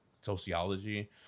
sociology